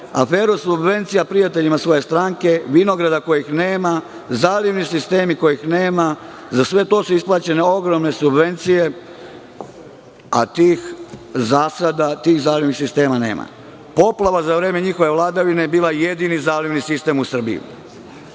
aferu subvencija prijateljima svoje stranke, vinograda kojih nema, zalivni sistem kojih nema, za sve to su isplaćene ogromne subvnecije, a tih zasada, tih zalivnih sistema nema. Poplava za vreme njihove vladavine je bila jedini zalivni sistem u Srbiji. Siva